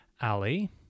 Ali